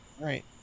Right